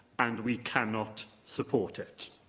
and we cannot support it.